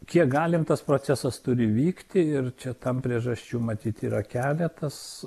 kiek galim tas procesas turi vykti ir čia tam priežasčių matyt yra keletas